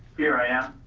here i am.